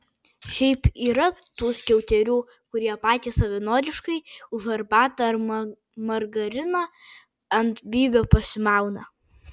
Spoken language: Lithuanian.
šiaip yra tų skiauterių kurie patys savanoriškai už arbatą ar margariną ant bybio pasimauna